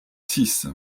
six